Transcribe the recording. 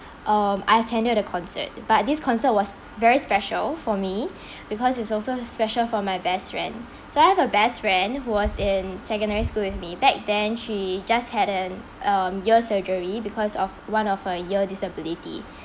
um I attended a concert but this concert was very special for me because it's also special for my best friend so I have a best friend who was in secondary school with me back then she just had an um ear surgery because of one of her ear disability